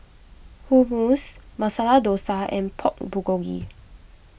Hummus Masala Dosa and Pork Bulgogi